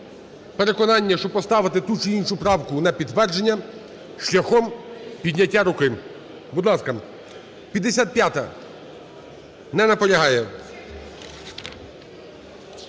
переконання, щоб поставити ту чи іншу правку на підтвердження, шляхом підняття руки. Будь ласка. 55-а. Не наполягає.